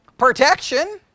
protection